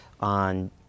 on